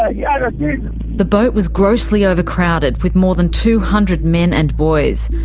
ah yeah like the boat was grossly overcrowded with more than two hundred men and boys,